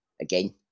again